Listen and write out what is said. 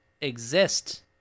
exist